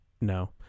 no